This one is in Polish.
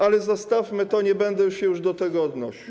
Ale zostawmy to, nie będę już się do tego odnosił.